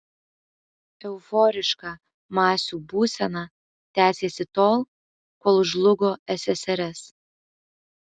euforiška masių būsena tęsėsi tol kol žlugo ssrs